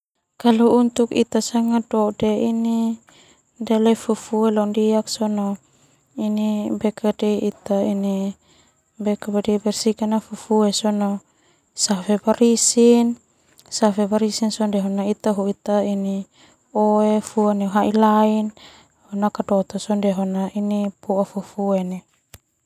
Dode fufue Ita bersihkan fufue safe barisi Ita hoi oe fua neu hai lain nakadoto sona poa fufue.